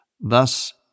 Thus